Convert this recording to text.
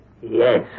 Yes